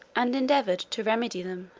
and endeavoured to remedy them,